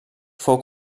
fou